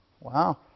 Wow